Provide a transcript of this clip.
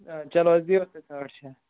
آ چلو حظ دِیو حظ تُہۍ ساڈ شیٚے ہَتھ